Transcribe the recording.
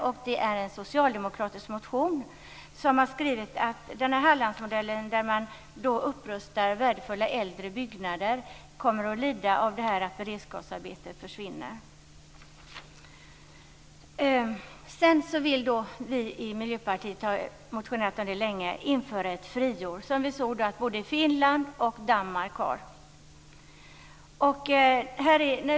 Det finns en socialdemokratisk motion där man skriver att Hallandsmodellen, med upprustning av värdefulla äldre byggnader, kommer att lida av att beredskapsarbetet försvinner. Vi i Miljöpartiet vill införa ett friår, som både Finland och Danmark har.